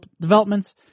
developments